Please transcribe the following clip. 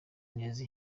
neza